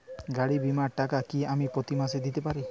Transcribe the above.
গাড়ী বীমার টাকা কি আমি প্রতি মাসে দিতে পারি?